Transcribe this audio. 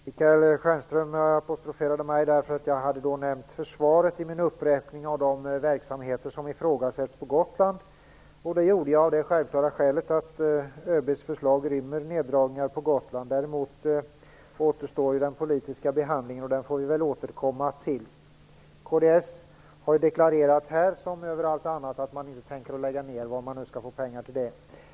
Herr talman! Michael Stjernström apostroferade mig därför att jag i min uppräkning av de verksamheter som ifrågasätts på Gotland hade nämnt försvaret. Det gjorde jag av det självklara skälet att ÖB:s förslag rymmer neddragningar på Gotland. Däremot återstår den politiska behandlingen, och den får vi väl återkomma till. Kds har ju deklarerat här - som överallt annars - att man inte tänker stödja en nedläggning, varifrån man nu skall få pengar till det.